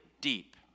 deep